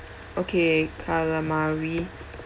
okay calamari